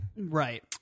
Right